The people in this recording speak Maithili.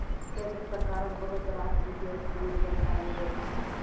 केंद्र सरकारक बहुत रास बित्तीय स्कीम जनता लेल छै